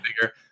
bigger